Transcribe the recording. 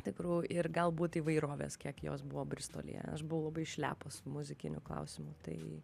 tikrų ir galbūt įvairovės kiek jos buvo bristolyje aš buvau labai išlepus muzikinių klausimu tai